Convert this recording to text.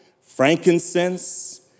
frankincense